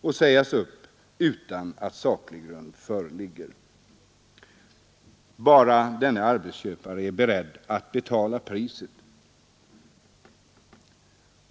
och sägas upp utan att saklig grund föreligger, bara denne arbetsköpare är beredd att betala priset.